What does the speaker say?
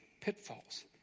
pitfalls